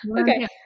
Okay